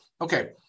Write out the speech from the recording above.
okay